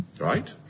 Right